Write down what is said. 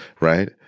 right